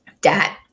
Dad